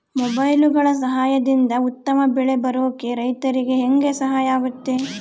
ಮೊಬೈಲುಗಳ ಸಹಾಯದಿಂದ ಉತ್ತಮ ಬೆಳೆ ಬರೋಕೆ ರೈತರಿಗೆ ಹೆಂಗೆ ಸಹಾಯ ಆಗುತ್ತೆ?